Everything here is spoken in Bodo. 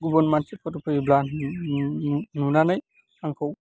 गुबुन मानसिफोर फैयोब्ला नुनानै आंखौ